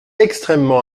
extrêmement